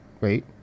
wait